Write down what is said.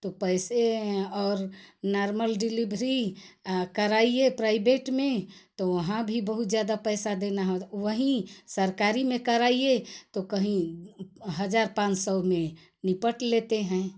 तो पैसे और नार्मल डिलीबरी कराइये प्राइबेट में तो वहाँ भी बहुत जादा पैसा देना होगा वहीं सरकारी में कराइए तो कहीं हज़ार पाँच सौ में निपट लेते हैं